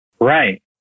right